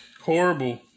horrible